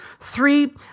three